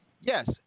Yes